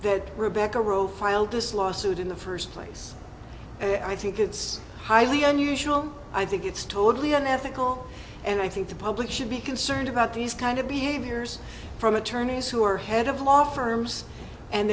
that rebecca rowe filed this lawsuit in the first place i think it's highly unusual i think it's totally unethical and i think the public should be concerned about these kind of behaviors from attorneys who are head of law firms and